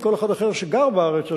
עם כל אחד אחר שגר בארץ הזאת,